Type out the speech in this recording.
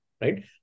Right